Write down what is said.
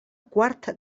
quart